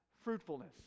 fruitfulness